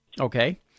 Okay